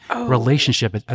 relationship